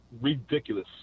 ridiculous